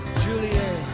Juliet